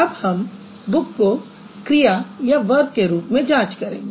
अब हम बुक को क्रिया के रूप में जांच करेंगे